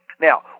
Now